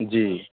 जी